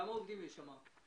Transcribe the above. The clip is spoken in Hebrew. כמה עובדים יש שם?